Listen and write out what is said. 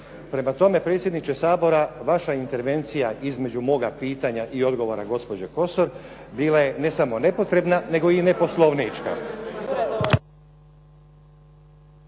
Prema tome, predsjedniče Sabora, vaša intervencija između moga pitanja i odgovora gospođe Kosor, bila je ne samo nepotrebna, nego i ne poslovnička.